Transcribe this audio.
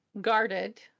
guarded